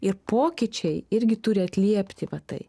ir pokyčiai irgi turi atliepti va tai